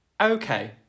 Okay